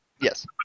Yes